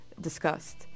discussed